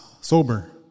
sober